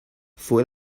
fue